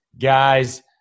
guys